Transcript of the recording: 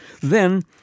Then